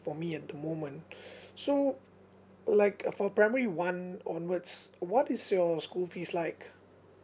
for me at the moment so like uh for primary one onwards what is your school fees like